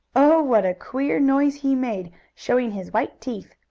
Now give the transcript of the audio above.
oh! what a queer noise he made, showing his white teeth.